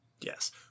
Yes